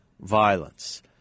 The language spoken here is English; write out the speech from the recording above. violence